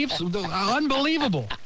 Unbelievable